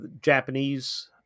Japanese